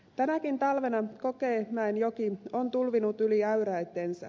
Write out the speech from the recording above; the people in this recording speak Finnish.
tänäkin talvena kokemäenjoki on tulvinut yli äyräittensä